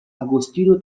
agostino